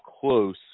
close –